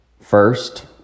First